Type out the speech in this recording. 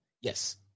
Yes